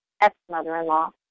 ex-mother-in-law